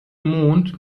mond